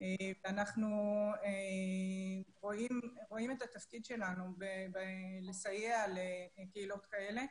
ואנחנו רואים את התפקיד שלנו בלסייע לקהילות כאלה.